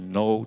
no